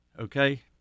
okay